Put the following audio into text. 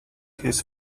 his